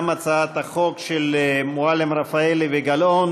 גם הצעת החוק של מועלם-רפאלי וגלאון